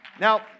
now